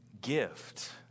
gift